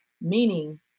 meaning